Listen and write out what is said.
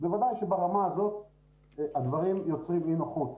בוודאי שברמה הזאת הדברים יוצרים אי נוחות.